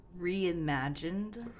Reimagined